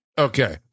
Okay